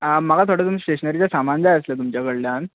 आ म्हाका थोडे सामान जाय आसले स्टेशनरीचे तुमचे कडल्यान